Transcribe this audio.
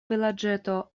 vilaĝeto